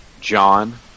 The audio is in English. John